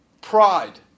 pride